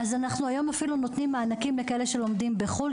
היום אנחנו אפילו נותנים מענקים לאלה שלומדים בחו"ל,